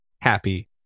happy